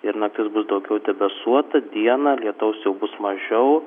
ir naktis bus daugiau debesuota dieną lietaus jau bus mažiau